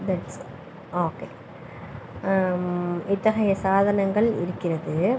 that's okay இத்தகைய சாதனங்கள் இருக்கிறது